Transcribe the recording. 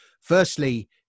firstly